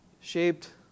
shaped